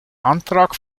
antrag